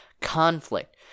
conflict